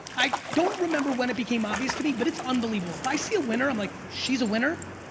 i don't remember when it became obvious to me, but it's unbelievable. if i see a winner i'm like she's a winner.